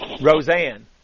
Roseanne